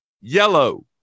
yellow